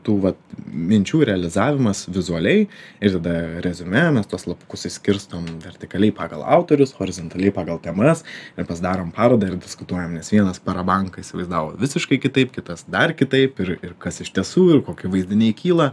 tų va minčių realizavimas vizualiai ir tada reziumė mes tuos lapukus išskirstom vertikaliai pagal autorius horizontaliai pagal temas ir mes darom parodą ir diskutuojam nes vienas parabanką įsivaizdavo visiškai kitaip kitas dar kitaip ir ir kas iš tiesų ir kokie vaizdiniai kyla